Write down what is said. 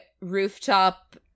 rooftop